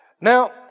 Now